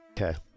Okay